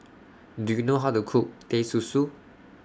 Do YOU know How to Cook Teh Susu